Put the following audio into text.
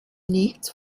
nichts